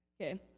Okay